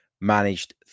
managed